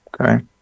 Okay